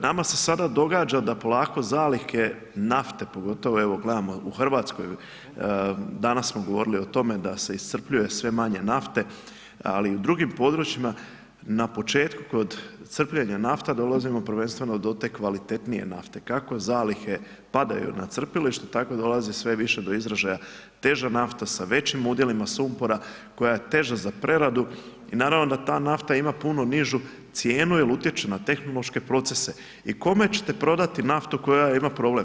Nama se sada događa da polako zalihe nafte, pogotovo evo gledamo u RH, danas smo govorili o tome da se iscrpljuje sve manje nafte, ali i u drugim područjima, na početku kod crpljenja nafta dolazimo prvenstveno do te kvalitetnije nafte, kako zalihe padaju na crpilištu, tako dolazi sve više do izražaja teža nafta sa većim udjelima sumpora, koja je teža za preradu i naravno da ta nafta ima puno nižu cijenu jel utječe na tehnološke procese i kome ćete prodati naftu koja ima problem?